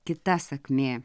kita sakmė